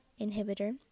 inhibitor